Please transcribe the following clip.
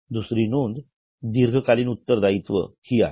दुसरी नोंद दीर्घकालीन उत्तरदायित्व हि आहे